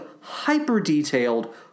hyper-detailed